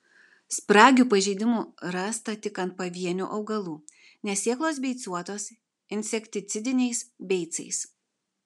spragių pažeidimų rasta tik ant pavienių augalų nes sėklos beicuotos insekticidiniais beicais